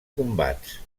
combats